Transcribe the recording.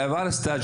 עבר סטאז',